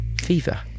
Fever